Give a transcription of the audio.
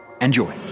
Enjoy